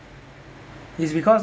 it's because